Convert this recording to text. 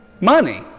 money